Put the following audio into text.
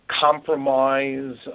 Compromise